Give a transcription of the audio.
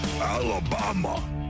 Alabama